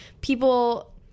people